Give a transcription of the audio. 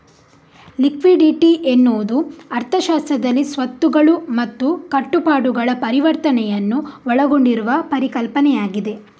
liquidity ಎನ್ನುವುದು ಅರ್ಥಶಾಸ್ತ್ರದಲ್ಲಿ ಸ್ವತ್ತುಗಳು ಮತ್ತು ಕಟ್ಟುಪಾಡುಗಳ ಪರಿವರ್ತನೆಯನ್ನು ಒಳಗೊಂಡಿರುವ ಪರಿಕಲ್ಪನೆಯಾಗಿದೆ